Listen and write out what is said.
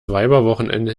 weiberwochenende